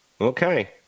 Okay